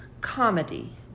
comedy